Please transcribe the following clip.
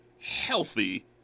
healthy